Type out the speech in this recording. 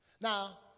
Now